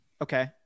Okay